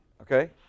okay